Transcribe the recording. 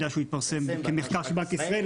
אני יודע שהוא התפרסם כמחקר של בנק ישראל,